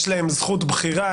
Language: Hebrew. ויש להם זכות בחירה,